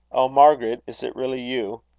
oh, margaret! is it really you?